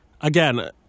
again